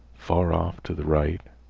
far off to the right,